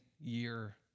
year